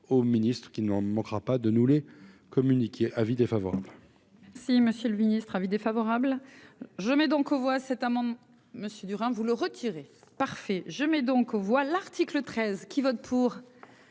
au Ministre qui ne leur ne manquera pas de nous les communiquer avis défavorable.